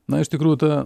na iš tikrųjų ta